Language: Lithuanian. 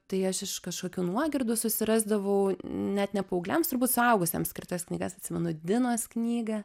tai aš iš kašokių nuogirdų susirasdavau net ne paaugliams turbūt suaugusiems skirtas knygas atsimenu dinos knygą